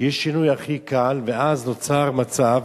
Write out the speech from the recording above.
שיש שינוי הכי קל, אז נוצר מצב